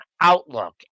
outlook